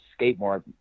skateboard